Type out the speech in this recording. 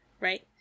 right